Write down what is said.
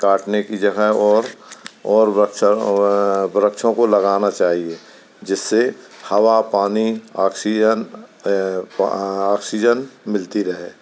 काटने की जगह और और वृक्षों को लगाना चाहिए जिससे हवा पानी ऑक्सीज़न ऑक्सीज़न मिलती रहे